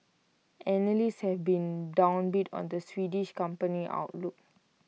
analysts have been downbeat on the Swedish company's outlook